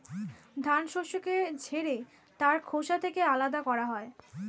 ধান শস্যকে ঝেড়ে তার খোসা থেকে আলাদা করা হয়